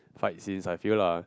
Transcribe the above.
fight scenes I feel lah